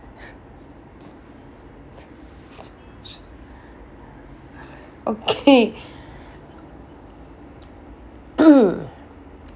okay